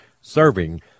serving